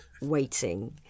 waiting